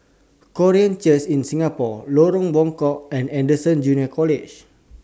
Korean Church in Singapore Lorong Buangkok and Anderson Junior College